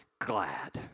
glad